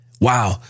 Wow